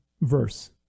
verse